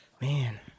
Man